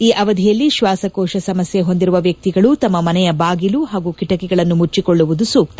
ಈ ಅವಧಿಯಲ್ಲಿ ಶ್ವಾಸಕೋಶ ಸಮಸ್ಥೆ ಹೊಂದಿರುವ ವ್ವಕ್ತಿಗಳು ತಮ್ಮ ಮನೆಯ ಬಾಗಿಲು ಹಾಗೂ ಕಿಟಕಿಗಳನ್ನು ಮುಚ್ಚಕೊಳ್ಳುವುದು ಸೂಕ್ತ